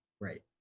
Right